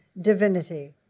divinity